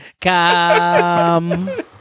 Come